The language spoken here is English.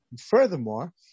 furthermore